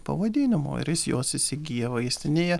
pavadinimo ir jis juos įsigyja vaistinėje